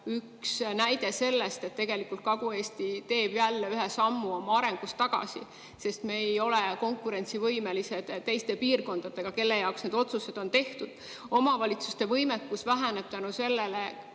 üks näide sellest tendentsist, et Kagu-Eesti teeb jälle ühe sammu oma arengus tagasi, sest me ei ole konkurentsivõimelised teiste piirkondadega, kelle jaoks need otsused on tehtud. Omavalitsuste võimekus väheneb selle